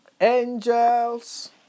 Angels